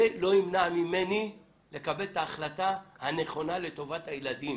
זה לא ימנע ממני לקבל את ההחלטה הנכונה לטובת הילדים,